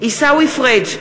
עיסאווי פריג'